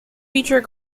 feature